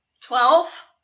Twelve